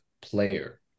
player